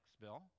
Bill